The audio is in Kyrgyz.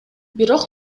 бирок